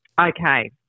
Okay